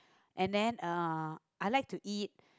and then uh I like to eat